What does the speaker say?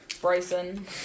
Bryson